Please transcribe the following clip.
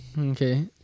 Okay